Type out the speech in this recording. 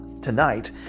tonight